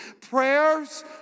Prayers